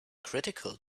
critical